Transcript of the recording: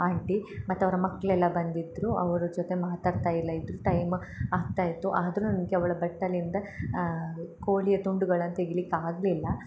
aunty ಮತ್ತು ಅವರ ಮಕ್ಕಳೆಲ್ಲ ಬಂದಿದ್ದರು ಅವರ ಜೊತೆ ಮಾತಾಡ್ತಾ ಎಲ್ಲ ಇದ್ದರು ಟೈಮ ಆಗ್ತಾ ಇತ್ತು ಆದರೂ ನನಗೆ ಅವಳ ಬಟ್ಟಲಿಂದ ಕೋಳಿಯ ತುಂಡುಗಳನ್ನ ತೆಗಿಲಿಕ್ಕೆ ಆಗಲಿಲ್ಲ